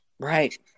right